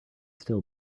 still